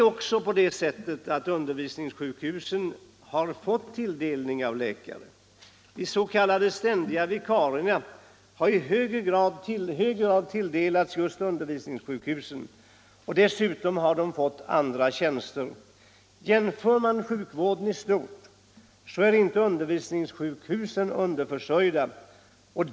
Torsdagen den Undervisningssjukhusen har också fått tilldelning av läkare. De s.k. 22 maj 1975 ständiga vikarierna har i hög grad tilldelats just undervisningssjukhusen, och dessutom har undervisningssjukhusen fått andra tjänster. Ser man = Utbyggnad av på sjukvården i stort finner man att undervisningssjukhusen inte är un — hälsooch sjukvård, derförsörjda.